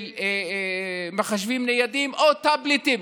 של מחשבים ניידים או טאבלטים,